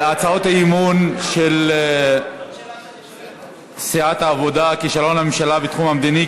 הצעת האי-אמון של סיעת העבודה: כישלון הממשלה בתחום המדיני,